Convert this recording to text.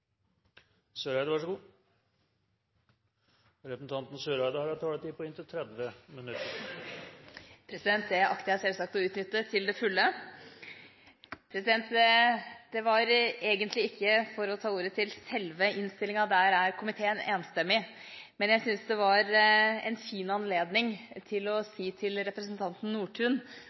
Søreide, som har en taletid på inntil 30 minutter. Det akter jeg selvsagt å utnytte til det fulle. Dette er egentlig ikke for å ta ordet til selve innstillingen – der er komiteen enstemmig. Men jeg synes det er en fin anledning til å si til representanten